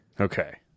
Okay